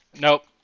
nope